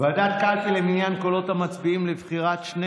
ועדת הקלפי למניין קולות המצביעים לבחירת שני